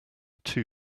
two